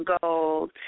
gold